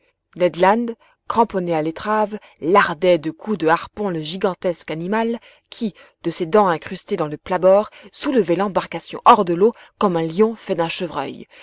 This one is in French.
ned land cramponné à l'étrave lardait de coups de harpon le gigantesque animal qui de ses dents incrustées dans le plat-bord soulevait l'embarcation hors de l'eau comme un lion fait d'un chevreuil